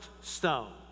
stone